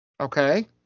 Okay